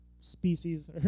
species